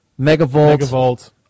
Megavolt